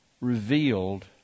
revealed